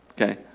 okay